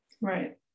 Right